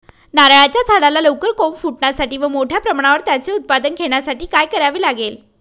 नारळाच्या झाडाला लवकर कोंब फुटण्यासाठी व मोठ्या प्रमाणावर त्याचे उत्पादन घेण्यासाठी काय करावे लागेल?